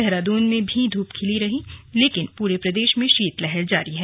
देहरादून में भी धूप खिली रही लेकिन पूरे प्रदेश में शीत लहर जारी है